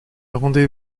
rendez